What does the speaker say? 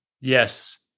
Yes